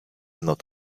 not